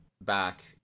back